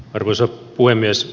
arvoisa puhemies